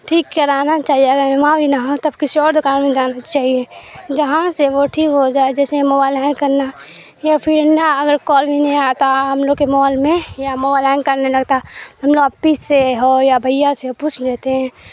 ٹھیک کرانا چاہیے اگر وہاں بھی نہ ہو تب کسی اور دکان میں جانا چاہیے جہاں سے وہ ٹھیک ہو جائے جیسے موبائل ہینگ کرنا یا پھر نہ اگر کال بھی نہیں آتا ہم لوگ کے موبائل میں یا موبائل ہینگ کرنے لگتا ہم لوگ اپی سے ہو یا بھیا سے ہو پوچھ لیتے ہیں